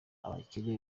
b’abakene